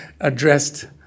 addressed